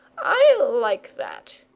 i like that.